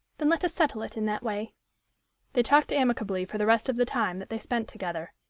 then let us settle it in that way they talked amicably for the rest of the time that they spent together.